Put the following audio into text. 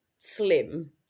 slim